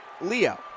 Leo